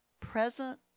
present